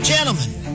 Gentlemen